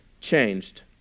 changed